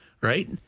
right